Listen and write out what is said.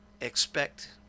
expect